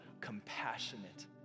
compassionate